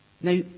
Now